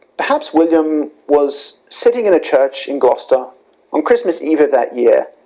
perhaps william was, sitting in a church in gloucester um christmas eve of that year,